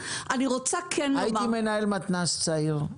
הייתי מנהל מתנ"ס צעיר,